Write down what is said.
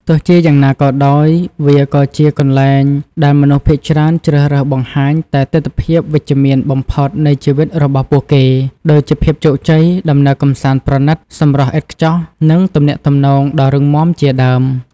ទោះជាយ៉ាងណាក៏ដោយ វាក៏ជាកន្លែងដែលមនុស្សភាគច្រើនជ្រើសរើសបង្ហាញតែទិដ្ឋភាពវិជ្ជមានបំផុតនៃជីវិតរបស់ពួកគេ ដូចជាភាពជោគជ័យ ដំណើរកម្សាន្តប្រណីត សម្រស់ឥតខ្ចោះ និងទំនាក់ទំនងដ៏រឹងមាំជាដើម។